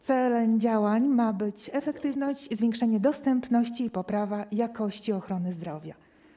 Celem działań ma być efektywność i zwiększanie dostępności i poprawa jakości ochrony zdrowia.